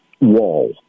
wall